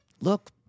look